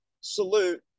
salute